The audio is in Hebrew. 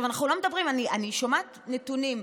אנחנו לא מדברים, אני שומעת נתונים: